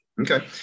okay